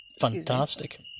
fantastic